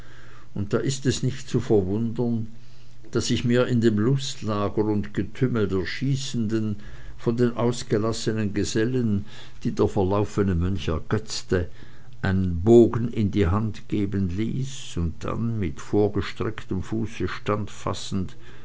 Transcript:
und da ist es nicht zu verwundern daß ich mir in dem lustlager und getümmel der schießenden von den ausgelassenen gesellen die der verlaufene mönch ergötzte einen bogen in die hand geben ließ und dann mit vorgestrecktem fuße stand fassend